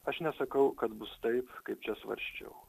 aš nesakau kad bus taip kaip čia svarsčiau